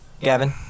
Gavin